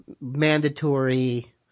mandatory –